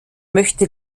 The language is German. möchte